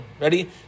ready